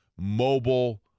mobile